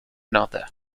another